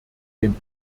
dem